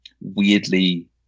weirdly